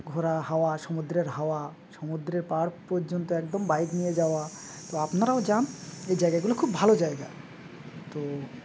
ঘোরা হাওয়া সমুদ্রের হাওয়া সমুদ্রের পাড় পর্যন্ত একদম বাইক নিয়ে যাওয়া তো আপনারাও যান এই জায়গাগুলো খুব ভালো জায়গা তো